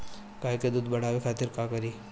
गाय के दूध बढ़ावे खातिर का करी?